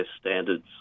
standards